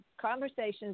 Conversations